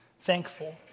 thankful